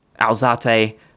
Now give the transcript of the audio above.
Alzate